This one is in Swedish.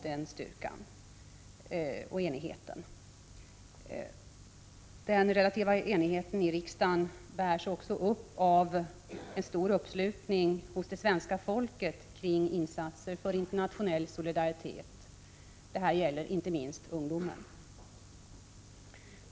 Den relativa enigheten i riksdagen bärs också upp av en stor uppslutning av det svenska folket kring insatser för internationell solidaritet — det gäller inte minst ungdomen.